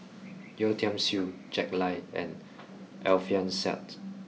Yeo Tiam Siew Jack Lai and Alfian Sa'at